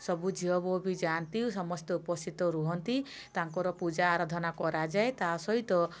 ସବୁ ଝିଅବୋହୂ ବି ଯାଆନ୍ତି ସମସ୍ତେ ଉପସ୍ଥିତ ରୁହନ୍ତି ତାଙ୍କର ପୂଜା ଆରଧନା କରାଯାଏ ତା ସହିତ